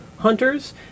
hunters